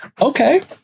okay